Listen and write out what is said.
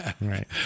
Right